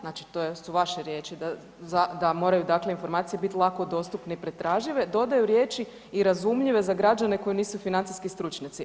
Znači to su vaše riječi da moraju dakle informacije biti lako dostupne i pretražive, dodaju riječi „i razumljive za građane koji nisu financijski stručnjaci“